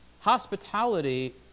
Hospitality